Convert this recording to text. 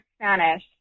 Spanish